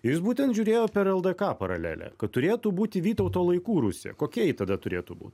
ir jis būtent žiūrėjau per ldk paralelę kad turėtų būti vytauto laikų rusija kokia ji tada turėtų būt